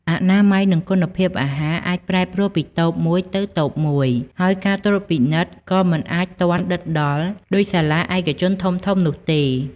អនាម័យនិងគុណភាពអាហារអាចប្រែប្រួលពីតូបមួយទៅតូបមួយហើយការត្រួតពិនិត្យក៏អាចមិនទាន់ដិតដល់ដូចសាលាឯកជនធំៗនោះទេ។